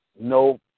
no –